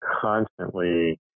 constantly